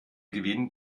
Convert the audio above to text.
gewinn